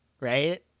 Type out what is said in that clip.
right